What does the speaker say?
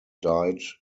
died